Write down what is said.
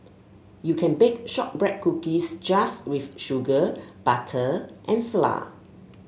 you can bake shortbread cookies just with sugar butter and flour